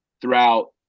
throughout